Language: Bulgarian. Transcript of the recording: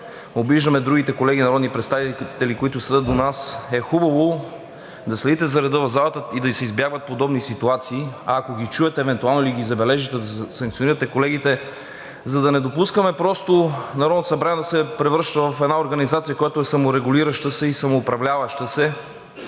обиждаме другите колеги народни представители, които седят до нас, е хубаво да следите за реда в залата и да се избягват подобни ситуации. А ако ги чуете, евентуално да ги забележите, да санкционирате колегите, за да не допускаме просто Народното събрание да се превръща в организация, която е саморегулираща се и самоуправляваща се